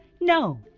know,